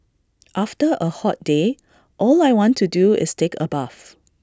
after A hot day all I want to do is take A bath